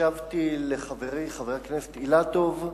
הקשבתי לחברי חבר הכנסת אילטוב,